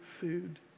food